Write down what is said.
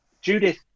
Judith